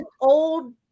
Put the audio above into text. old